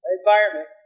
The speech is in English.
environment